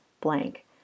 blank